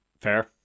Fair